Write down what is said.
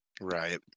Right